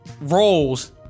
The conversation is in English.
roles